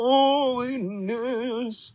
Holiness